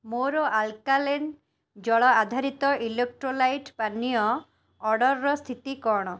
ମୋର ଆଲ୍କାଲେନ୍ ଜଳ ଆଧାରିତ ଇଲେକ୍ଟ୍ରାଲାଇଟ୍ ପାନୀୟ ଅର୍ଡ଼ର୍ର ସ୍ଥିତି କ'ଣ